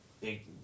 big